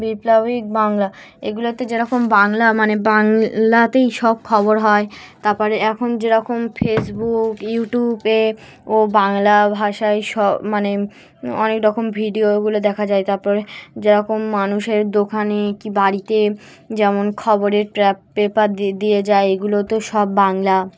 বিপ্লবিক বাংলা এগুলোতে যেরকম বাংলা মানে বাংলাতেই সব খবর হয় তারপরে এখন যেরকম ফেসবুক ইউটিউবে ও বাংলা ভাষায় সব মানে অনেক রকম ভিডিও এগুলো দেখা যায় তারপরে যেরকম মানুষের দোকানে কি বাড়িতে যেমন খবরের প্র্যা পেপার দ দিয়ে যায় এগুলোতে সব বাংলা